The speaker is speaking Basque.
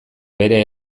bere